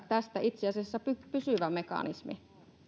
tästä itse asiassa pysyvä mekanismi